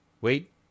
Wait